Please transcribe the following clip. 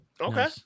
Okay